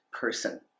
person